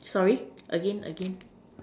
sorry again again